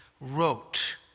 wrote